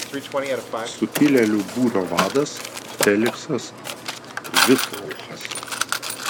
sukilėlių būrio vadas feliksas vislouchas